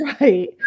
Right